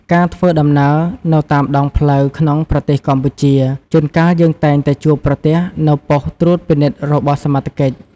ការធ្វើដំណើរនៅតាមដងផ្លូវក្នុងប្រទេសកម្ពុជា ជួនកាលយើងតែងតែជួបប្រទះនូវប៉ុស្តិ៍ត្រួតពិនិត្យរបស់សមត្ថកិច្ច។